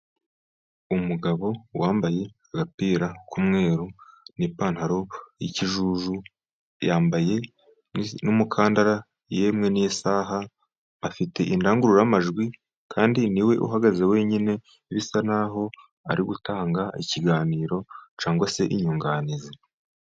Umugabo wambaye agapira k'umweruru n'ipantaro y'ikijuju, yambaye n'umukandara yemwe n'isaha, afite indangururamajwi kandi niwe uhagaze wenyine, bisa naho ari gutanga ikiganiro cyangwa se inyunganizi.